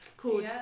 Called